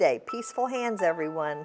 day peaceful hands everyone